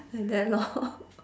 like that lor